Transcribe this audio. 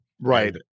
right